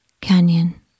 canyon